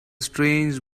strange